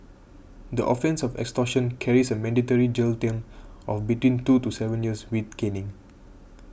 the offence of extortion carries a mandatory jail term of between two to seven years with caning